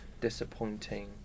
disappointing